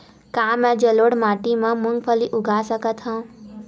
का मैं जलोढ़ माटी म मूंगफली उगा सकत हंव?